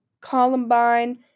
Columbine